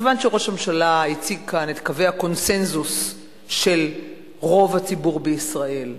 כיוון שראש הממשלה הציג כאן את קווי הקונסנזוס של רוב הציבור בישראל,